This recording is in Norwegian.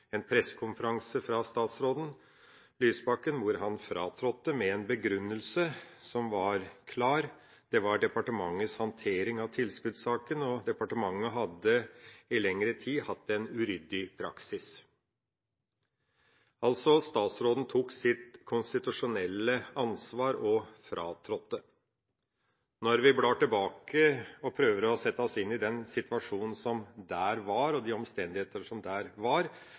en pressekonferanse fra statsråd Lysbakken, hvor han fratrådte, med en begrunnelse som var klar, nemlig departementets håndtering av tilskuddssaken. Departementet hadde i lengre tid hatt en uryddig praksis. Statsråden tok altså sitt konstitusjonelle ansvar og fratrådte. Om vi ser tilbake og prøver å sette oss inn i situasjonen og omstendighetene som var, er det vel ikke noen tvil om at det var